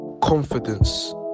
confidence